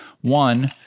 one